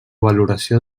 valoració